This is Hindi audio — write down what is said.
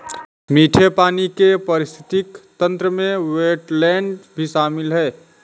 मीठे पानी के पारिस्थितिक तंत्र में वेट्लैन्ड भी शामिल है